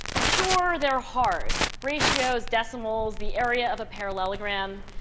sure, they're hard ratios, decimals, the area of a parallelogram.